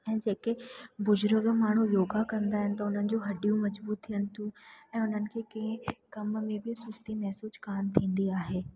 ऐं जेके बुज़ुर्ग माण्हू योगा कंदा आहिनि त उन्हनि जो हडियूं मजबूत थियनि थियूं ऐं उन्हनि खे के कम में बि सुस्ती महसूसु कोन थींदी आहे